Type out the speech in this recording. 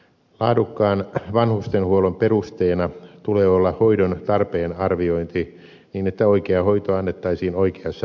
laadukkaan vanhustenhuollon perusteena tulee olla hoidon tarpeen arviointi niin että oikea hoito annettaisiin oikeassa paikassa